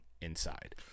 inside